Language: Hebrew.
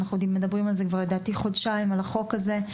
אנחנו מדברים לדעתי כבר חודשיים על החוק הזה,